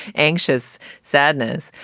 anxious sadness.